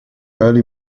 early